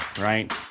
right